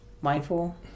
mindful